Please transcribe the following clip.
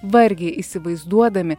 vargiai įsivaizduodami